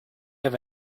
have